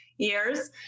years